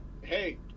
hey